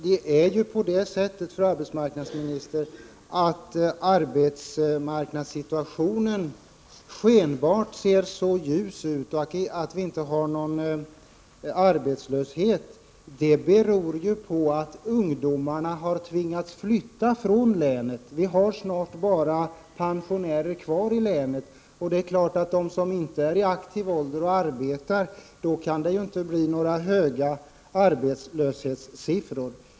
Men, fru arbetsmarknadsminister, att arbetsmarknadssituationen skenbart ser så ljus ut och att vi inte har någon arbetslöshet beror på att ungdomarna tvingats flytta från länet. Vi har snart bara pensionärer kvar i länet, och det är klart att med en befolkning som inte är i aktiv ålder och vill arbeta blir det inga höga arbetslöshetssiffror.